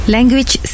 Language